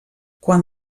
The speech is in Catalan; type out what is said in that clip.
quan